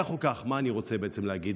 כך או כך, מה אני רוצה בעצם להגיד?